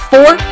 Four